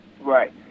right